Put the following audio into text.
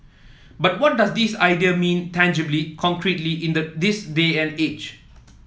but what does these ideas mean tangibly concretely in the this day and age